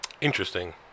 Interesting